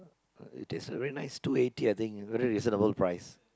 it tasted very nice two eighty I think very reasonable price